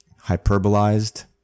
hyperbolized